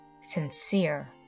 sincere